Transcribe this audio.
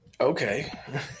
Okay